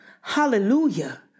Hallelujah